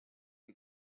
les